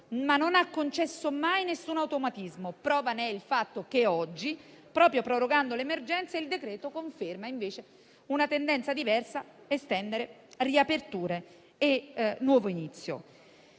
ma non ha concesso mai alcun automatismo. Prova ne è il fatto che oggi, proprio prorogando l'emergenza, il decreto conferma, invece, una tendenza diversa: estendere riaperture e nuovo inizio.